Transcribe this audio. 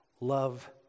Love